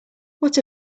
what